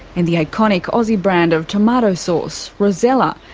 and the iconic aussie brand of tomato sauce, rosella,